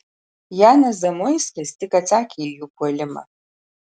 janas zamoiskis tik atsakė į jų puolimą